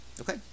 Okay